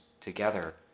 together